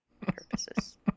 purposes